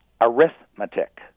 arithmetic